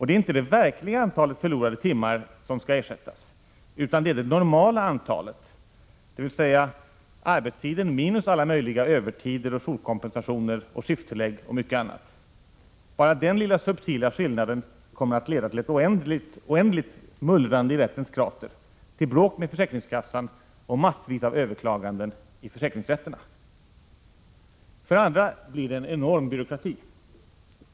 Det är inte det verkliga antalet förlorade timmar som skall ersättas utan det ”normala” antalet, dvs. arbetstiden minus alla möjliga övertider, jourkompensationer, skifttillägg och mycket annat. Bara den lilla subtila skillnaden kommer att leda till ett oändligt mullrande i rättens krater, till bråk med försäkringskassan och massvis av överklaganden i försäkringsrätterna. För det andra blir det en enorm byråkrati.